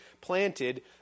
planted